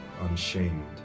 unshamed